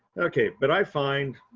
okay, but i find